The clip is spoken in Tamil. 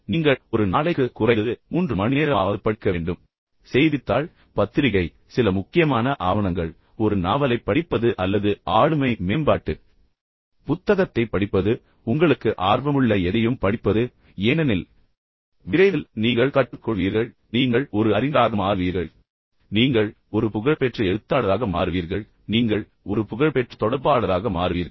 எனவே நீங்கள் ஒரு நாளைக்கு குறைந்தது 3 மணிநேரமாவது படிக்க வேண்டும் என்று நான் பரிந்துரைக்கிறேன் இதன் பொருள் செய்தித்தாள் பத்திரிகை சில முக்கியமான ஆவணங்கள் ஒரு நாவலைப் படிப்பது அல்லது ஆளுமை மேம்பாட்டு புத்தகத்தைப் படிப்பது அல்லது உங்களுக்கு ஆர்வமுள்ள எதையும் படிப்பது ஏனெனில் விரைவில் நீங்கள் கற்றுக்கொள்வீர்கள் நீங்கள் ஒரு அறிஞராக மாறுவீர்கள் நீங்கள் ஒரு புகழ்பெற்ற பேச்சாளராக மாறுவீர்கள் நீங்கள் ஒரு புகழ்பெற்ற எழுத்தாளராக மாறுவீர்கள் நீங்கள் ஒரு புகழ்பெற்ற தொடர்பாளராக மாறுவீர்கள்